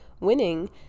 winning